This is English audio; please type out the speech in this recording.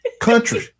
Country